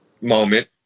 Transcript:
moment